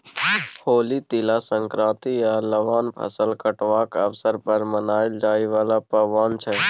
होली, तिला संक्रांति आ लबान फसल कटबाक अबसर पर मनाएल जाइ बला पाबैन छै